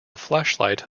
flashlight